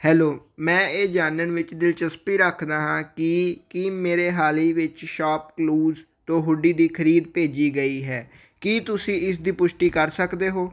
hello ਮੈਂ ਇਹ ਜਾਣਨ ਵਿੱਚ ਦਿਲਚਸਪੀ ਰੱਖਦਾ ਹਾਂ ਕਿ ਕੀ ਮੇਰੇ ਹਾਲ ਹੀ ਵਿੱਚ ਸ਼ਾਪਕਲੂਜ਼ ਤੋਂ ਹੂਡੀ ਦੀ ਖਰੀਦ ਭੇਜੀ ਗਈ ਹੈ ਕੀ ਤੁਸੀਂ ਇਸ ਦੀ ਪੁਸ਼ਟੀ ਕਰ ਸਕਦੇ ਹੋ